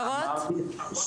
הערות.